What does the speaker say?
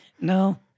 No